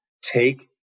take